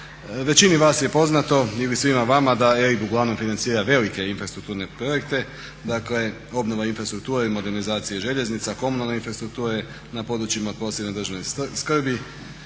Većini vas je poznato ili svima vama da EIB uglavnom financira velike infrastrukturne projekte, dakle obnova infrastrukture i modernizacija željeznica, komunalne infrastrukture na područjima od posebne državne skrbi,